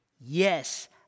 Yes